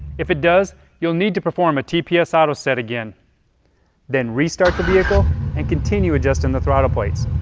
if it does, you'll need to perform ah tps auto-set again then restart the vehicle and continue adjusting the throttle plates.